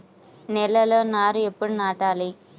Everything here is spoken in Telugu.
నేలలో నారు ఎప్పుడు నాటాలి?